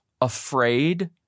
afraid